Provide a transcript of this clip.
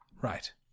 right